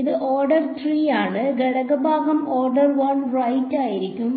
ഇത് ഓർഡർ 3 ആണ് ഘടകഭാഗം ഓർഡർ 1 റൈറ്റ് ആയിരിക്കും